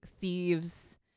thieves